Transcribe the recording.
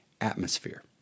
atmosphere